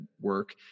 work